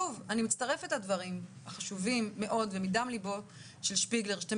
אני מצטרפת לדברים החשובים מאוד שנאמרים מדם לבו של מאיר שפיגלר שאתם